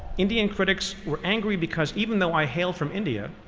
indian critics were angry because even though i hail from india,